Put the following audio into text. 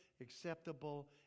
acceptable